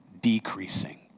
decreasing